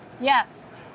Yes